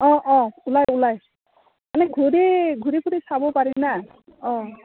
অঁ অঁ ওলাই ওলাই মানে ঘূৰি ঘূৰি ফূৰি চাব পাৰিম না অঁ